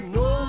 no